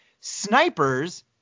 snipers